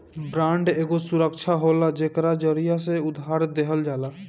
bond एगो सुरक्षा होला जेकरा जरिया से उधार देहल जाला